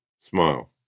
Smile